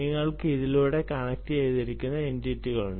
നിങ്ങൾക്ക് ഇതിലേക്ക് കണക്റ്റുചെയ്തിരിക്കുന്ന എന്റിറ്റികളുണ്ട്